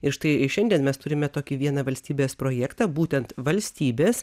ir štai šiandien mes turime tokį vieną valstybės projektą būtent valstybės